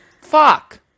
Fuck